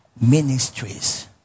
ministries